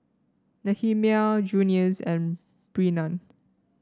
Nehemiah Junious and Brennan